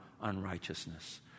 unrighteousness